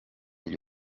gli